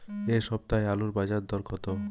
এ সপ্তাহে আলুর বাজারে দর কত?